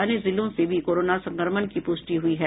अन्य जिलों से भी कोरोना संक्रमण की पुष्टि हुई है